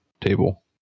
table